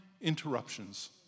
interruptions